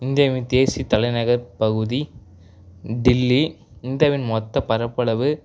இந்தியாவின் தேசிய தலைநகர் பகுதி டெல்லி இந்தியாவின் மொத்தப் பரப்பளவு